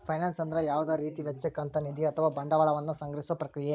finance ಅಂದ್ರ ಯಾವುದ ರೇತಿ ವೆಚ್ಚಕ್ಕ ಅಂತ್ ನಿಧಿ ಅಥವಾ ಬಂಡವಾಳ ವನ್ನ ಸಂಗ್ರಹಿಸೊ ಪ್ರಕ್ರಿಯೆ